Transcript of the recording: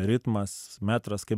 ritmas metras kaip